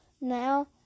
Now